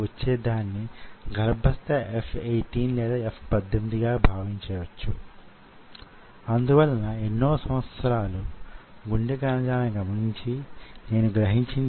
మ్యో fibre లు బహుళార్థ myofibres గా మారి వాటి కలయిక వలన కండరంగా మారడం మనం చూడగలం